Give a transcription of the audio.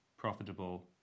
profitable